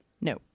No